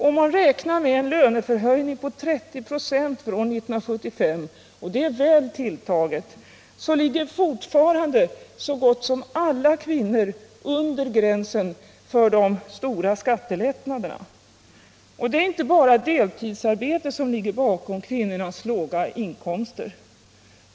Om man räknar med en löneförhöjning på 30 96 från 1975 — och det är bra tilltaget — ligger fortfarande så gott som alla kvinnor under gränsen för de stora skattelättnaderna. Och det är inte bara deltidsarbete som ligger bakom kvinnornas låga inkomster.